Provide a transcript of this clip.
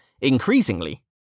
increasingly